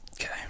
Okay